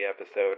episode